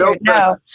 No